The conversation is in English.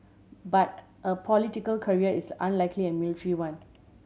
but a political career is unlike a military one